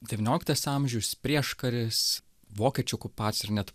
devynioliktas amžius prieškaris vokiečių okupacija ir net